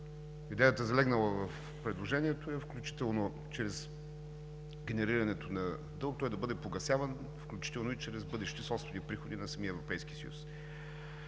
идеята, залегнала в предложението, е, включително чрез генерирането на дълг, той да бъде погасяван включително и чрез бъдещи собствени приходи на самия Европейски съюз.